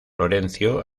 florencio